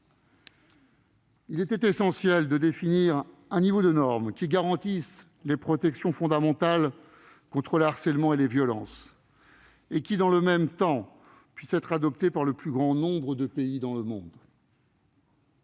Il était essentiel de définir un niveau de normes qui garantisse les protections fondamentales contre le harcèlement et les violences et qui, dans le même temps, puisse être adopté par le plus grand nombre de pays. Le champ